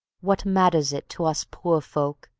what matters it to us poor folk?